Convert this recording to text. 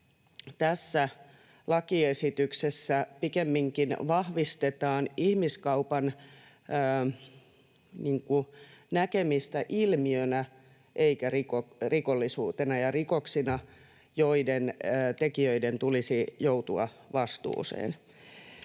että lakiesityksessä pikemminkin vahvistetaan ihmiskaupan näkemistä ilmiönä eikä rikollisuutena ja rikoksina, joiden tekijöiden tulisi joutua vastuuseen.